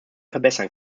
verbessern